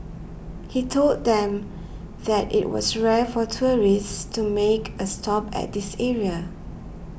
he told them that it was rare for tourists to make a stop at this area